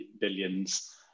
billions